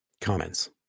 comments